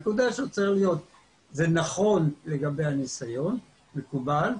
זה נכון לגבי הניסיון, מקובל.